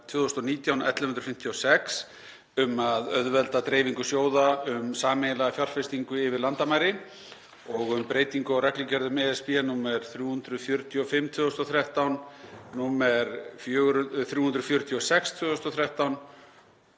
2019/1156, um að auðvelda dreifingu sjóða um sameiginlega fjárfestingu yfir landamæri og um breytingu á reglugerðum ESB nr. 345/2013, nr. 346/ 2013